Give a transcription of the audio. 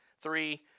three